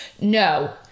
No